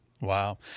Wow